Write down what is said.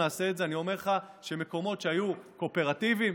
אני אומר לך שמקומות שהיו קואופרטיביים,